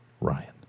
Ryan